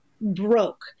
broke